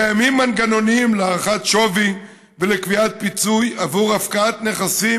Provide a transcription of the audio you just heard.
קיימים מנגנונים להערכת שווי ולקביעת פיצוי עבור הפקעת נכסים,